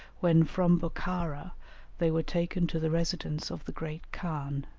when from bokhara they were taken to the residence of the great khan.